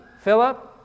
Philip